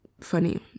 funny